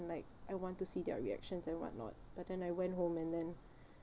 like I want to see their reaction and whatnot but then I went home and then